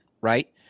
right